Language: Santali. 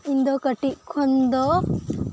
ᱤᱧ ᱫᱚ ᱠᱟᱹᱴᱤᱡ ᱠᱷᱚᱱ ᱫᱚ